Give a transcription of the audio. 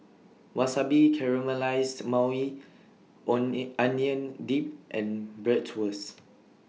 Wasabi Caramelized Maui on neat Onion Dip and Bratwurst